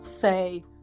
say